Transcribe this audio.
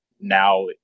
now